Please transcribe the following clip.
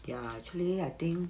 ya actually I think